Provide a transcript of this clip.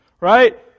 right